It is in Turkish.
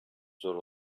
zor